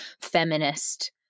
feminist